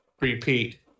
repeat